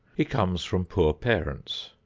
he comes from poor parents.